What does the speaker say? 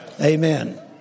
Amen